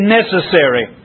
necessary